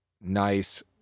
nice